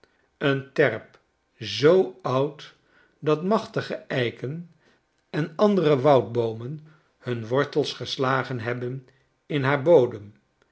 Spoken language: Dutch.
een terp zoo oud dat machtige eiken en andere woudboomen hun wortels geslagen hebben in haar bodem